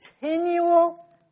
continual